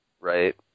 Right